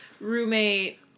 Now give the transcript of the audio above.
roommate